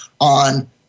on